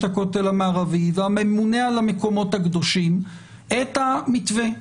הכותל המערבי והממונה על המקומות הקדושים את המתווה.